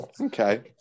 okay